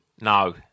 no